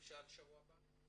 אפשר בשבוע הבא.